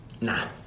Nah